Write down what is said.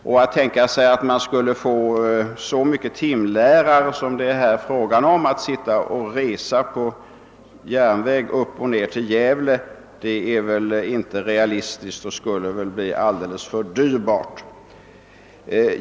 Och att tänka sig att man skulle få så många timlärare som det här är fråga om att resa på järnväg till Gävle är väl inte realistiskt och skulle bli alldeles för dyrbart.